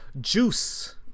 Juice